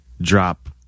drop